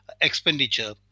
expenditure